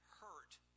hurt